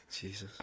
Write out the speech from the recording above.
Jesus